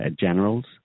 generals